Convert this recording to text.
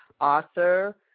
author